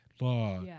law